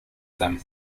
them